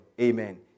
Amen